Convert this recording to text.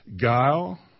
guile